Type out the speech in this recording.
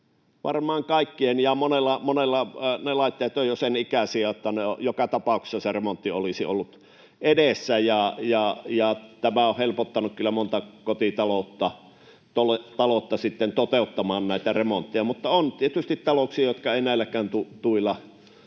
Varmaan kaikkien... Ja monella ne laitteet ovat jo sen ikäisiä, että joka tapauksessa se remontti olisi ollut edessä, ja tämä on helpottanut kyllä montaa kotitaloutta sitten toteuttamaan näitä remontteja. Mutta on tietysti talouksia, jotka ei näilläkään tuilla